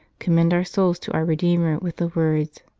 commend our souls to our redeemer with the words,